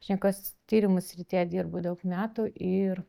šnekos tyrimų srityje dirbu daug metų ir